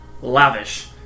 lavish